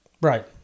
Right